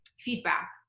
feedback